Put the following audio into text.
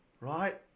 right